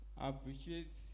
appreciate